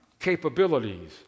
capabilities